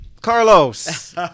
Carlos